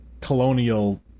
colonial